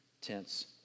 tense